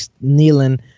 kneeling